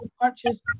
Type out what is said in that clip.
purchase